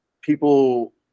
people